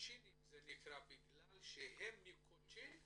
הקוצ'ינים זה נקרא בגלל שהם מקוצ'ין?